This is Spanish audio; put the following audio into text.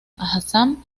assam